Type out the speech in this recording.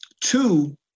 Two